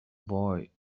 boy